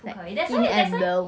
不可以 that's why that's why